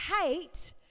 hate